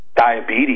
diabetes